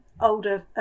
older